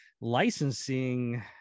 licensing